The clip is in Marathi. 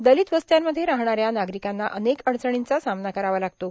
दलित वस्त्यांमध्ये राहणाऱ्या नागरिकांना अनेक अडचणीचा सामना करावा लागतो